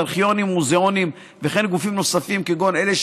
ארכיונים ומוזיאונים וכן גופים נוספים כגון אלה,